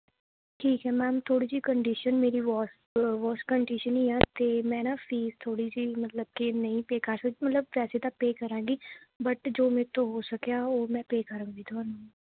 ਠੀਕ ਹੈ ਮੈਮ ਥੋੜ੍ਹੀ ਜਿਹੀ ਕੰਡੀਸ਼ਨ ਮੇਰੀ ਵੋਸ ਵੋਸ ਕੰਡੀਸ਼ਨ ਹੀ ਆ ਅਤੇ ਮੈਂ ਨਾ ਫ਼ੀਸ ਥੋੜ੍ਹੀ ਜਿਹੀ ਮਤਲਬ ਕਿ ਨਹੀਂ ਪੇਅ ਕਰ ਸਕਦੀ ਮਤਲਬ ਪੈਸੇ ਤਾਂ ਪੇਅ ਕਰਾਂਗੀ ਬਟ ਜੋ ਮੇਰੇ ਤੋਂ ਹੋ ਸਕਿਆ ਉਹ ਮੈਂ ਪੇਅ ਕਰਾਂਗੀ ਤੁਹਾਨੂੰ